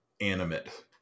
animate